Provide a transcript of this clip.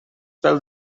pel